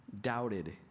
doubted